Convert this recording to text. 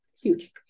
huge